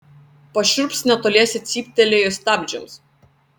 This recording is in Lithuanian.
pašiurps netoliese cyptelėjus stabdžiams